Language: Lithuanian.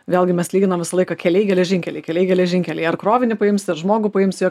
vėlgi mes lyginam visą laiką keliai geležinkeliai keliai geležinkeliai ar krovinį paims ir žmogų paimsi